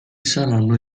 saranno